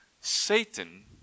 Satan